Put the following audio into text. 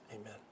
amen